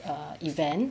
err event